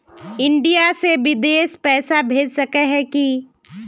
India से बिदेश पैसा भेज सके है की?